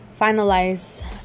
finalize